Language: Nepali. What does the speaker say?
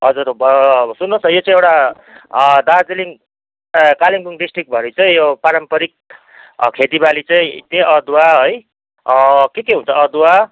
हजुर अब सुन्नुहोस् यो चाहिँ एउटा दार्जिलिङ कालिम्पोङ डिस्ट्रिकभरि चाहिँ यो पारम्पारिक खेतीबाली चाहिँ त्यही अदुवा है के के हुन्छ अदुवा